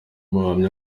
buhamya